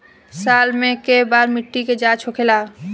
साल मे केए बार मिट्टी के जाँच होखेला?